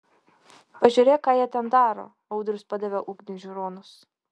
pažiūrėk ką jie ten daro audrius padavė ugniui žiūronus